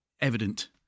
evident